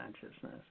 consciousness